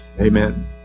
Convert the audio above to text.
amen